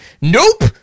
Nope